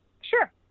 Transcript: sure